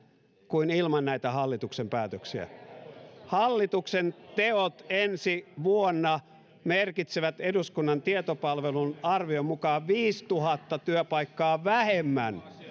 kuin ilman näitä hallituksen päätöksiä hallituksen teot ensi vuonna merkitsevät eduskunnan tietopalvelun arvion mukaan viisituhatta työpaikkaa vähemmän